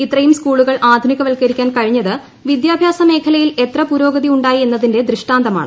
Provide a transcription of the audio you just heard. ഇത്രയും സ്കൂളുകൾ ആധുനികവൽക്കരിക്കാൻ കഴിഞ്ഞത് വിദ്യാഭ്യാസ മേഖലയിൽ എത്ര പുരോഗതി ഉണ്ടായി എന്നതിന്റെ ദൃഷ്ടാന്തമാണ്